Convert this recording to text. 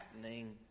happening